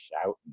shouting